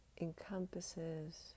encompasses